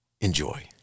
enjoy